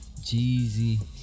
Jeezy